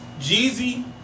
Jeezy